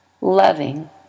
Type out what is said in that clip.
loving